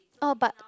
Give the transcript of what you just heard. oh but